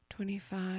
Twenty-five